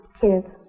kids